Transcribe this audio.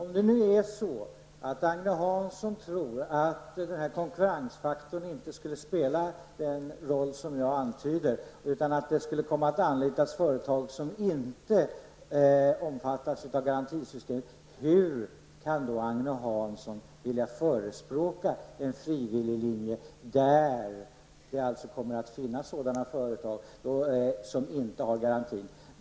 Herr talman! Om Agne Hansson nu tror att den här konkurrensfaktorn inte skulle spela den roll som jag antydde utan att det kommer att anlitas företag som inte omfattas av garantisystemet, hur kan då Agne Hansson vilja förespråka en frivillig linje, där det kommer att finnas företag som inte har garanti?